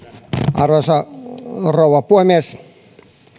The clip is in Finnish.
arvoisa rouva puhemies